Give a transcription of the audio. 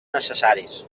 necessaris